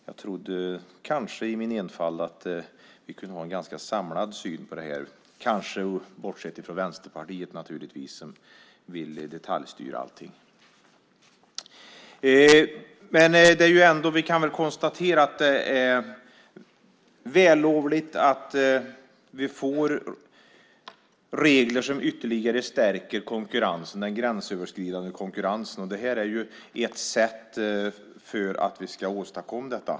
Jag trodde kanske i min enfald att vi kunde ha en ganska samlad syn på det här - naturligtvis bortsett från Vänsterpartiet som vill detaljstyra allting. Men vi kan väl ändå konstatera att det är vällovligt att vi får regler som ytterligare stärker den gränsöverskridande konkurrensen. Detta är ju ett sätt att åstadkomma detta.